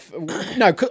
No